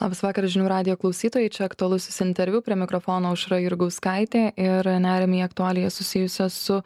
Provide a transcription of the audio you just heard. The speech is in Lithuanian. labas vakaras žinių radijo klausytojai čia aktualusis interviu prie mikrofono aušra jurgauskaitė ir neriam į aktualijas susijusias su